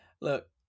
look